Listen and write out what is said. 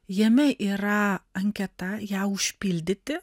jame yra anketa ją užpildyti